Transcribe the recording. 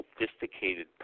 sophisticated